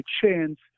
chance